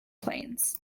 planes